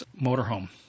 motorhome